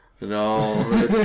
No